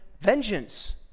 vengeance